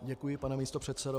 Děkuji, pane místopředsedo.